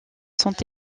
sont